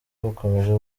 bukomeje